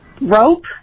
rope